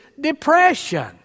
depression